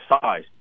size